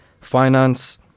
finance